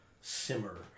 simmer